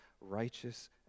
righteous